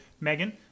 Megan